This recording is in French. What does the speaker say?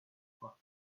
trois